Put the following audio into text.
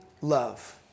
love